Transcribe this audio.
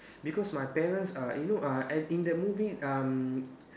because my parents uh you know uh at in that movie um